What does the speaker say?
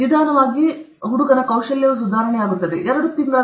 ನಿಧಾನವಾಗಿ ಅವರ ಕೌಶಲ್ಯವು ಸುಧಾರಣೆಯಾಗುತ್ತದೆ ಮತ್ತು ಅವರು ಒಂದರಿಂದ ಎರಡು ವರೆಗೆ ಹೋಗುತ್ತಾರೆ